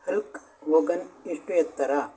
Hulk Hogan ಎಷ್ಟು ಎತ್ತರ